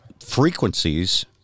frequencies